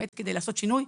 כדי לעשות שינוי.